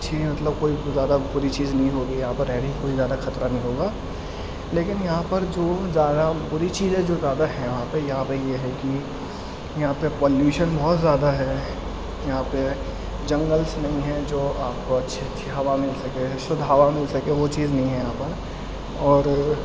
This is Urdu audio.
اچھی مطلب کوئی زیادہ بری چیز نہیں ہوگی یہاں پر رہنے کی کوئی زیادہ خطرہ نہیں ہوگا لیکن یہاں پر جو زیادہ بری چیز ہے جو زیادہ ہے یہاں پہ یہاں پہ یہ ہے کہ یہاں پہ پالیوشن بہت زیادہ ہے یہاں پہ جنگلس نہیں ہیں جو آپ کو اچھی اچھی ہوا مل سکے شدھ ہوا مل سکے وہ چیز نہیں ہے یہاں پر اور